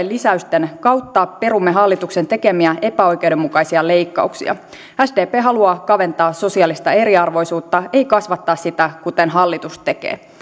lisäysten kautta perumme hallituksen tekemiä epäoikeudenmukaisia leikkauksia sdp haluaa kaventaa sosiaalista eriarvoisuutta ei kasvattaa sitä kuten hallitus tekee